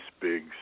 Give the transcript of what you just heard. big